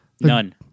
None